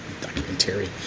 documentary